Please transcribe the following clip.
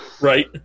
Right